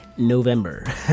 november